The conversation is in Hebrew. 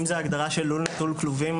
אם זאת הגדרה של לול נטול כלובים,